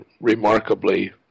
remarkably